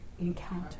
encounter